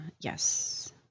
Yes